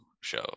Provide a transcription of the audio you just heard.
show